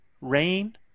rain